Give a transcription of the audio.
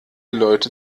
leute